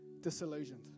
disillusioned